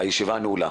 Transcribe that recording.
הישיבה נעולה.